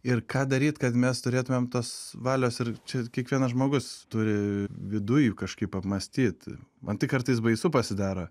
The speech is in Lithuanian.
ir ką daryt kad mes turėtumėm tos valios ir čia kiekvienas žmogus turi viduj kažkaip apmąstyti man tai kartais baisu pasidaro